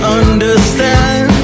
understand